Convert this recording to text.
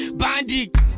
bandit